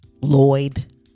Lloyd